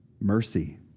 Mercy